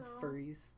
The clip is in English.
furries